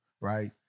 right